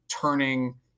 turning –